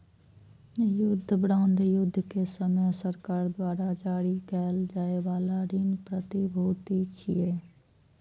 युद्ध बांड युद्ध के समय सरकार द्वारा जारी कैल जाइ बला ऋण प्रतिभूति छियै